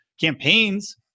campaigns